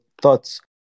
thoughts